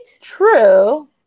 True